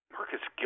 Marcus